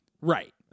Right